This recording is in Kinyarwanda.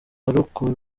arakora